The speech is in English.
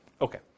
Okay